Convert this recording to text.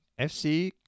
FC